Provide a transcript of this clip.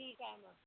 ठीक आहे मग